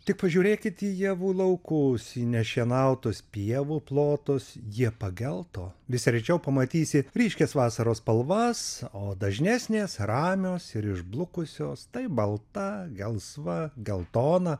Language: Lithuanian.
tik pažiūrėkit į javų laukus nešienautos pievų plotus jie pagelto vis rečiau pamatysi ryškias vasaros spalvas o dažnesnės ramios ir išblukusios tai balta gelsva geltona